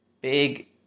big